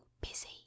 busy